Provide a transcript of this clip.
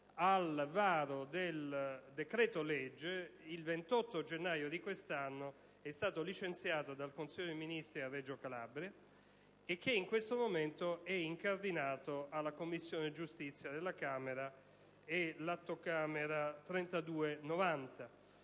al varo del decreto-legge, è stato licenziato dal Consiglio dei ministri a Reggio Calabria e che in questo momento è incardinato alla Commissione giustizia della Camera (Atto Camera n.